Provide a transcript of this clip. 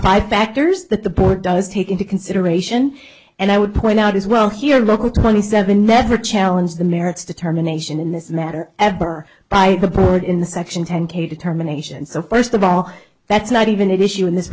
five factors that the board does take into consideration and i would point out as well here look at twenty seven never challenge the merits determination in this matter ever by the board in the section ten k determination so first of all that's not even an issue in this